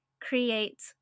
create